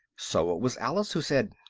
so it was alice who said,